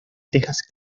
tejas